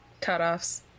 cutoffs